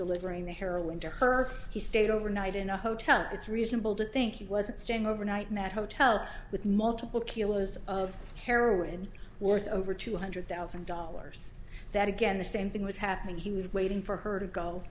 delivering the carolyn to her he stayed overnight in a hotel it's reasonable to think he wasn't staying overnight matt hotel with multiple kilos of heroin worth over two hundred thousand dollars that again the same thing was happening he was waiting for her to go